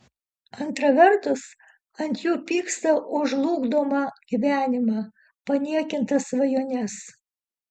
antra vertus ant jų pyksta už žlugdomą gyvenimą paniekintas svajones